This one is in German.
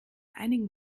einigen